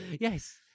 Yes